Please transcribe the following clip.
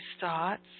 thoughts